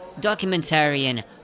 Documentarian